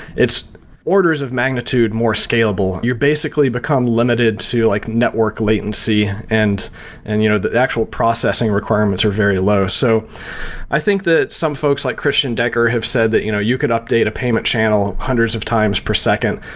its orders of magnitude more scalable. you basically become limited to like network latency and and you know the actual processing requirements are very low so i think that some folks, like christian decker have said that you know you could update a payment channel hundreds of times per second.